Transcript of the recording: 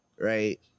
right